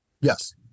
Yes